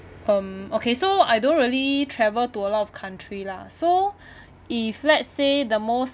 um okay so I don't really travel to a lot of country lah so if let's say the most